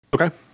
Okay